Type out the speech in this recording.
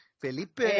Felipe